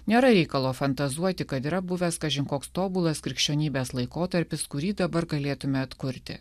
nėra reikalo fantazuoti kad yra buvęs kažin koks tobulas krikščionybės laikotarpis kurį dabar galėtume atkurti